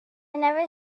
never